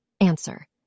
Answer